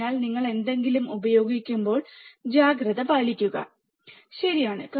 അതിനാൽ നിങ്ങൾ എന്തെങ്കിലും ഉപയോഗിക്കുമ്പോൾ ജാഗ്രത പാലിക്കുക ശരിയാണ്